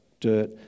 dirt